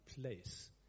place